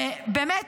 ובאמת